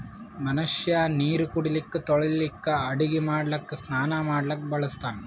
ಮನಷ್ಯಾ ನೀರು ಕುಡಿಲಿಕ್ಕ ತೊಳಿಲಿಕ್ಕ ಅಡಗಿ ಮಾಡ್ಲಕ್ಕ ಸ್ನಾನಾ ಮಾಡ್ಲಕ್ಕ ಬಳಸ್ತಾನ್